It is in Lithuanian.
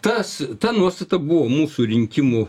tas ta nuostata buvo mūsų rinkimų